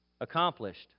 Accomplished